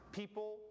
people